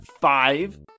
Five